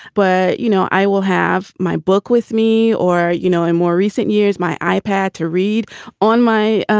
but, you know, i will have my book with me or, you know, in more recent years, my i-pad. to read on my,